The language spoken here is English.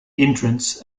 entrants